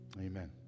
amen